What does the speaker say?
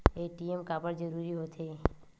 ATM काबर जरूरी हो थे?